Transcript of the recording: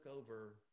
over